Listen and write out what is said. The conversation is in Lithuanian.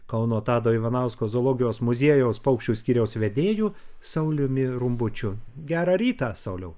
kauno tado ivanausko zoologijos muziejaus paukščių skyriaus vedėju sauliumi rumbučiu gerą rytą sauliau